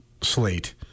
slate